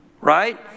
Right